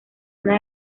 una